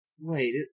wait